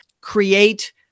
create